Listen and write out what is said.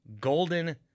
Golden